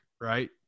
right